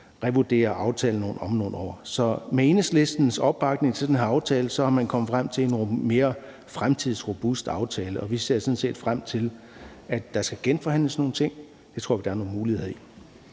revurdere aftalen om nogle år. Så med Enhedslistens opbakning til den her aftale er man kommet frem til en mere fremtidsrobust aftale, og vi ser sådan set frem til, at der skal genforhandles nogle ting. Det tror vi der vil være nogle muligheder i.